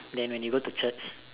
then when you go to Church